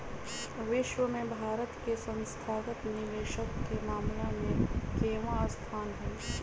विश्व में भारत के संस्थागत निवेशक के मामला में केवाँ स्थान हई?